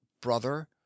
brother